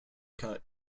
cut